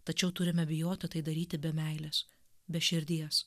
tačiau turime bijotų tai daryti be meilės be širdies